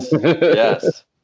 Yes